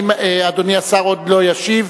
אדוני השר עוד לא ישיב.